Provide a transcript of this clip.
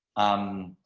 um,